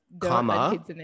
comma